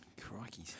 Crikey